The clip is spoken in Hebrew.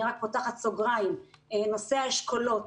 אני רק פותחת סוגריים: נושא האשכולות